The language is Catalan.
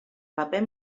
paper